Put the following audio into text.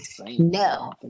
No